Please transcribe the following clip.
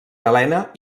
galena